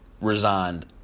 resigned